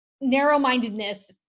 narrow-mindedness